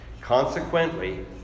Consequently